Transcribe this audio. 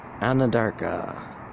Anadarka